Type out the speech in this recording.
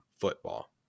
football